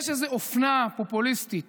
יש איזו אופנה פופוליסטית